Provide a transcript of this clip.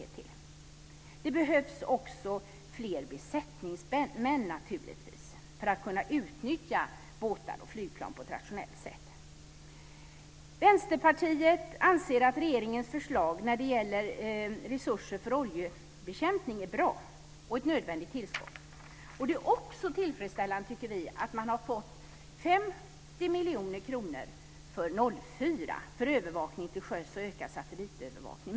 Det behövs naturligtvis också fler besättningsmän för att kunna utnyttja båtar och flygplan på ett rationellt sätt. Vänsterpartiet anser att regeringens förslag när det gäller resurser för oljebekämpning är bra och ett nödvändigt tillskott. Det är också tillfredsställande, tycker vi, att Kustbevakningen har fått 50 miljoner kronor för 2004 för övervakning till sjöss och ökad satellitövervakning.